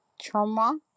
trauma